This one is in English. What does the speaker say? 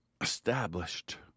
Established